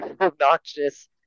obnoxious